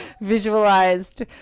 visualized